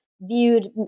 viewed